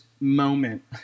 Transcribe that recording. moment